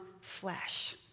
flesh